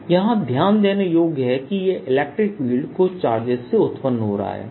3r rdV यहां ध्यान देने योग्य है कि यह इलेक्ट्रिक फील्ड कुछ चार्जेस से उत्पन्न हो रहा है